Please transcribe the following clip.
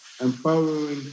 empowering